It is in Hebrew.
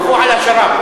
הוויכוח הוא על השר"פ,